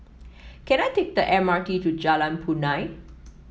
can I take the M R T to Jalan Punai